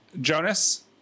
Jonas